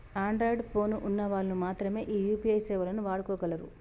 Android phone ఉన్న వాళ్ళు మాత్రమె ఈ యూ.పీ.ఐ సేవలు వాడుకోగలరు